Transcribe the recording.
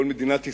בכל מדינת ישראל,